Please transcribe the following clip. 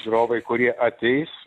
žiūrovai kurie ateis